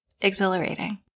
exhilarating